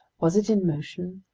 was it in motion,